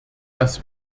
dass